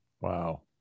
Wow